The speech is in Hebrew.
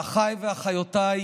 שאחיי ואחיותיי,